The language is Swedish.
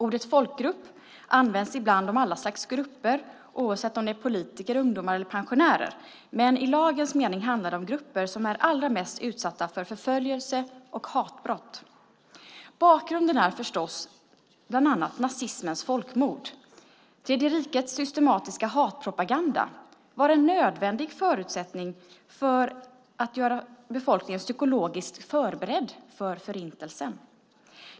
Ordet "folkgrupp" används ibland om alla slags grupper, oavsett om det är politiker, ungdomar eller pensionärer. Men i lagens mening handlar det om de grupper som är allra mest utsatta för förföljelse och hatbrott. Bakgrunden är förstås bland annat nazismens folkmord. Tredje rikets systematiska hatpropaganda var nödvändig för att göra befolkningen psykologiskt förberedd för Förintelsen.